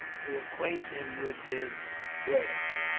to acquaint him with his plans,